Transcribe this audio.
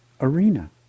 arena